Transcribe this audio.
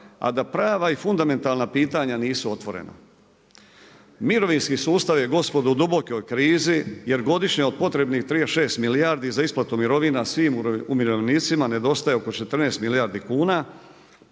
a da prava i fundamentalna pitanja nisu otvorena. Mirovinski sustav je gospodo u dubokoj krizi jer godišnje od potrebnih 36 milijardi za isplatu mirovina svim umirovljenicima nedostaje oko 14 milijardi kuna,